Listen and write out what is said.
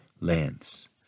lands